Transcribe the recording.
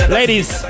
Ladies